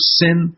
sin